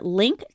link